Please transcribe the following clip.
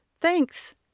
thanks